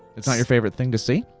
it's not your favorite thing to see?